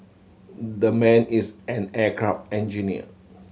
the man is an aircraft engineer